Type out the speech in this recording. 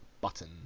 button